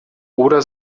oder